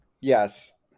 yes